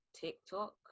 TikTok